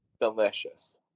Delicious